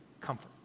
comfort